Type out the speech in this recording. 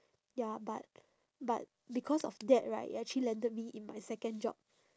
ya but but because of that right it actually landed me in my second job